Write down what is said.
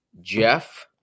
Jeff